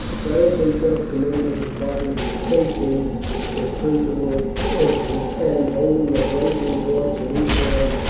beric himself commanded the party facing the principal entrance, and holding a blazing torch in each hand,